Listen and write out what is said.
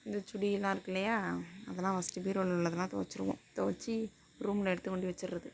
இந்த சுடி எல்லாம் இருக்குது இல்லையா அதெல்லாம் ஃபஸ்ட்டு பீரோல்ல உள்ளதெல்லாம் துவச்சிருவோம் துவவச்சி ரூம்ல எடுத்துக் கொண்உ வச்சிடுறது